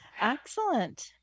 excellent